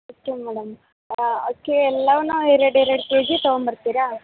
okay madam ಅಕ್ಕೆ ಎಲ್ಲವನ್ನು ಎರಡು ಎರಡು ಕೆಜಿ ತಗೊಂಡ್ ಬರ್ತೀರಾ